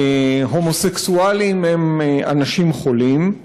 "הומוסקסואלים הם אנשים חולים",